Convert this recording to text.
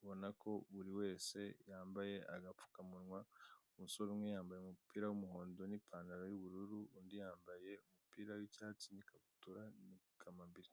ubona ko buri wese yambaye agapfukamunwa. Umusore umwe yambaye umupira w'umuhondo n'ipantaro y'ubururu undi yambaye umupira w'icyatsi n'ikabutura na kamambiri.